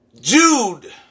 Jude